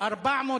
לחודש.